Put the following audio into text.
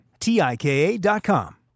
tika.com